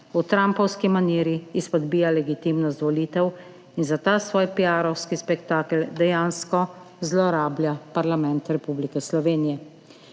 v trumpovski maniri izpodbija legitimnost volitev in za ta svoj piarovski spektakel dejansko zlorablja parlament Republike Slovenije.